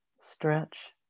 stretch